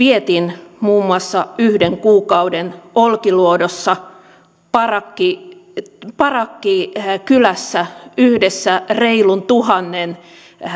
vietin muun muassa yhden kuukauden olkiluodossa parakkikylässä parakkikylässä yhdessä reilun tuhannen